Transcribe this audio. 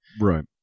Right